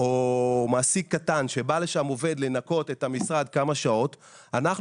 או מעסיק קטן אליו בא עובד לנקות את המשרד במשך כמה שעות - אנחנו